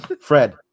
Fred